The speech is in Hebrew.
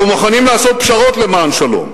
אנחנו מוכנים לעשות פשרות למען שלום,